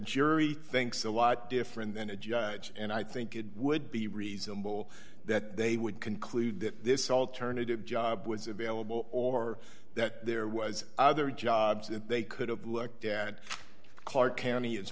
jury thinks a lot different than a judge and i think it would be reasonable that they would conclude that this alternative job was available or that there was other jobs that they could have looked at clark county is